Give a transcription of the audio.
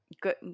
Good